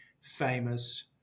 famous